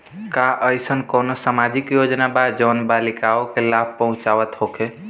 का एइसन कौनो सामाजिक योजना बा जउन बालिकाओं के लाभ पहुँचावत होखे?